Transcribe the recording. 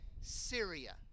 Syria